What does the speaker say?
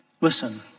Listen